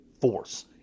force